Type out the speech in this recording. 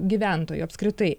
gyventojų apskritai